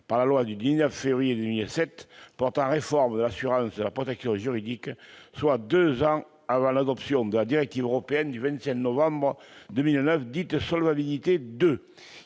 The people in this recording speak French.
par la loi du 19 février 2007 portant réforme de l'assurance de la protection juridique, soit deux ans avant l'adoption de la directive européenne du 25 novembre 2009, dite Solvabilité 2.